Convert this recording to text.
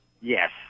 yes